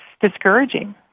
discouraging